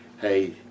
hey